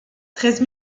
treize